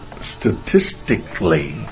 statistically